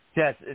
Yes